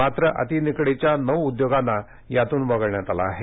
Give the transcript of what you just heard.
मात्र अति निकडीच्या नऊ उद्योगांना यातून वगळण्यात आलं आहे